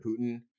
Putin